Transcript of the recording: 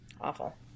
Awful